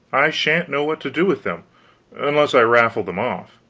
i shan't know what to do with them unless i raffle them off.